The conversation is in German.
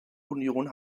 union